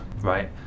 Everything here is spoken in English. right